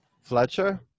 Fletcher